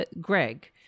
Greg